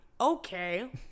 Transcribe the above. Okay